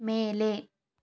ಮೇಲೆ